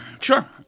Sure